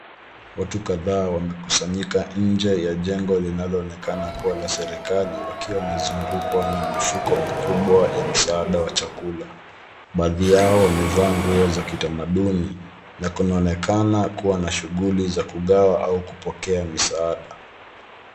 Watu kadhaa wamekusanyika nje ya jengo linaloonekana kuwa la serikali wakiwa wamezungukwa na mifuko mikubwa ya msaada wa chakula. Baadhi yao wamevaa nguo za kitamaduni na kunaonekana kuwa na shughuli za kugawa au kupokea misaada.